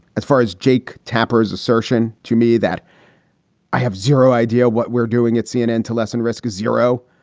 as far as jake tapper's assertion to me that i have zero idea what we're doing at cnn to lessen risk is zero.